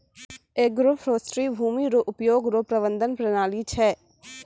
agroforestry भूमी रो उपयोग रो प्रबंधन प्रणाली छै